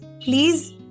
please